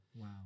Wow